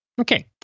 Okay